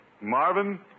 Marvin